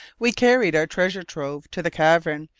we carried our treasure-trove to the cavern,